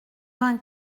vingt